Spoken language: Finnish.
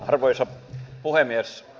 arvoisa puhemies